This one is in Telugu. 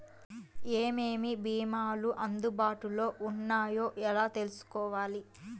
ఏమేమి భీమాలు అందుబాటులో వున్నాయో ఎలా తెలుసుకోవాలి?